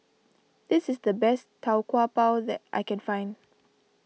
this is the best Tau Kwa Pau that I can find